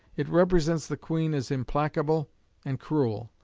it represents the queen as implacable and cruel,